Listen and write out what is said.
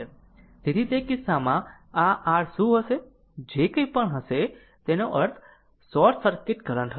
તેથી તે કિસ્સામાં કે આ r શું હશે જે કંઈપણ હશે તેનો અર્થ શોર્ટ સર્કિટ કરંટ હશે